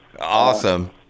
Awesome